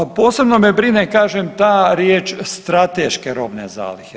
Posebno me brine kažem ta riječ strateške robne zalihe.